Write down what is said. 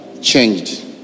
changed